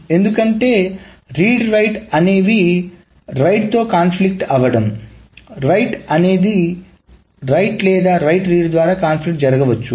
ఎందుకంటే read write అనేవి write తో కాన్ఫ్లిక్ట్ అవ్వడం రైట్ లేదా రైట్ రీడ్ ద్వారా కాన్ఫ్లిక్ట్ జరగవచ్చు